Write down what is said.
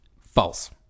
False